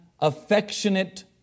affectionate